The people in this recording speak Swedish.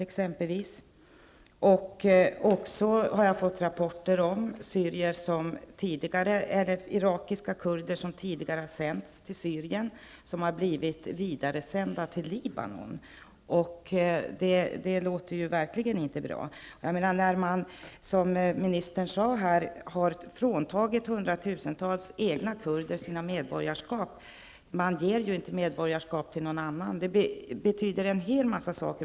Jag har också fått rapporter om irakiska kurder som tidigare har sänts till Syrien och som sedan har blivit vidaresända till Libanon, och det låter ju verkligen inte bra. När man, som ministern sade, har fråntagit hundratusentals kurder i det egna landet deras medborgarskap, ger man ju inte medborgarskap till någon annan. Detta betyder en hel mängd saker.